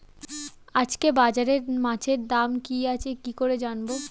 আজকে বাজারে মাছের দাম কি আছে কি করে জানবো?